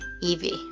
Evie